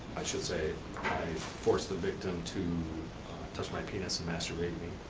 i should say, i forced the victim to touch my penis and masturbate me,